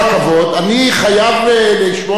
אני חייב לשמור על הפרוצדורה.